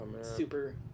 Super